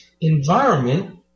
environment